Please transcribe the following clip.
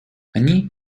они